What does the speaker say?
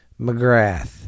McGrath